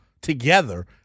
together